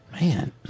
man